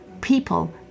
people